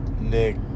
Nick